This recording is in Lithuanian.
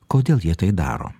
kodėl jie tai daro